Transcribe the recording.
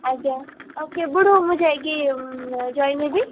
ଆଜ୍ଞା ଆଉ କେବେଠୁ ମୁଁ ଯାଇକି ଜଏନ୍ ହେବି